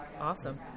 Awesome